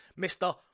Mr